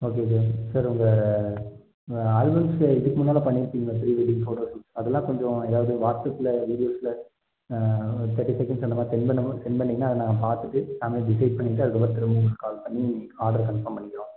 okay sir sir உங்கள் ஆல்பம்ல இதுக்கு முன்னால் பண்ணியிருப்பீங்கல்ல ப்ரீ வெட்டிங் ஃபோட்டோ சூட்ஸ் அதெல்லாம் கொஞ்சம் ஏதாவது வாட்ஸப்பில் வீடியோஸுலாம் ஒரு தேர்ட்டி செகண்ட்ஸ் அந்த மாதிரி சென்ட் பண்ணுங்கள் சென்ட் பண்ணிங்கன்னா அதை நாங்கள் பார்த்துட்டு நாங்கள் டிசைட் பண்ணிவிட்டு அதுக்கப்புறம் திரும்ப உங்களுக்கு கால் பண்ணி ஆடர கன்ஃபார்ம் பண்ணிக்கிறோம்